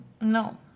No